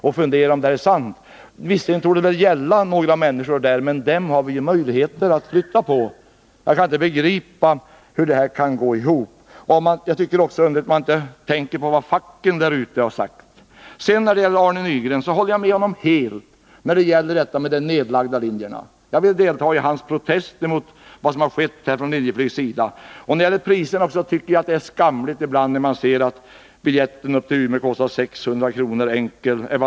Man undrar om det är sant att miljön kring Bromma är så dålig som här beskrivs. Visserligen torde flyget innebära olägenheter för en del människor, men de som bor så kan ju flytta. Jag förstår inte hur de som vill flytta flygfältet får sitt resonemang att gå ihop. Likaså är det underligt att man inte tycks bry sig om vad som har sagts från fackligt håll. Jag håller helt med Arne Nygren i fråga om de nedlagda linjerna. Jag deltar i hans protest mot vad Linjeflyg har gjort. När det gäller priserna vill jag säga att jag tycker att det är skamligt att en enkel biljett till Umeå kostar någonting på 600 kr.